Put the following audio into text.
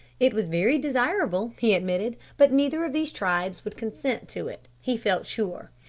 it was very desirable, he admitted, but neither of these tribes would consent to it, he felt sure.